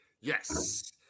Yes